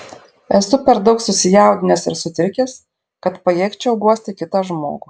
esu per daug susijaudinęs ir sutrikęs kad pajėgčiau guosti kitą žmogų